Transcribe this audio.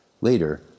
Later